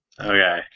Okay